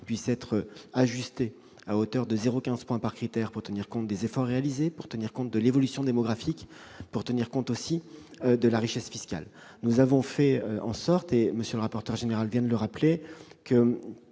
puisse être ajusté, à hauteur de 0,15 point par critère, pour tenir compte des efforts réalisés, de l'évolution démographique et de la richesse fiscale. Nous avons fait en sorte- M. le rapporteur général vient de le rappeler